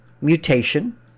mutation